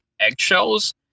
eggshells